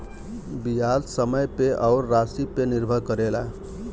बियाज समय पे अउर रासी पे निर्भर करेला